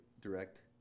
direct